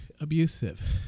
Abusive